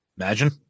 Imagine